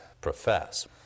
profess